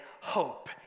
hope